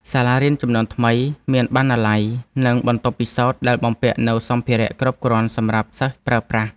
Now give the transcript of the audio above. សាលារៀនជំនាន់ថ្មីមានបណ្ណាល័យនិងបន្ទប់ពិសោធន៍ដែលបំពាក់នូវសម្ភារៈគ្រប់គ្រាន់សម្រាប់សិស្សប្រើប្រាស់។